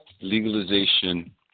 legalization